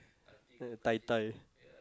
Tai-Tai